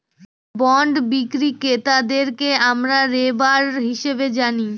bond বিক্রি ক্রেতাদেরকে আমরা বেরোবার হিসাবে জানি